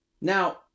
Now